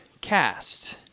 cast